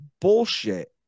bullshit